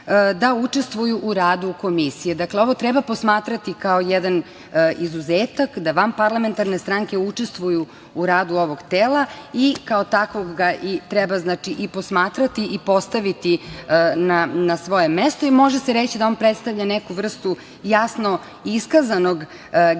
da učestvuju u radu Komisije. Dakle, ovo treba posmatrati kao jedan izuzetak, da van parlamentarne stranke učestvuju u radu ovog tela i kao takvog ga i treba, znači, i posmatrati i postaviti na svoje mesto. Može se reći da on predstavlja neku vrstu jasno iskazanog gesta da